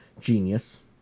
genius